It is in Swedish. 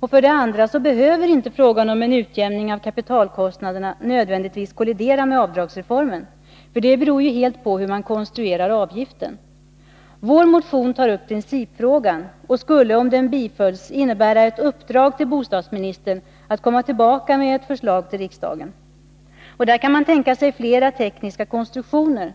och för det andra behöver inte frågan om en utjämning av kapitalkostnaderna nödvändigtvis kollidera med avdragsreformen. Det beror helt på hur man konstruerar avgiften. Vår motion tar upp principfrågan och skulle, om den bifölls, innebära ett uppdrag till bostadsministern att komma tillbaka med ett förslag till riksdagen. Man kan tänka sig flera tekniska konstruktioner.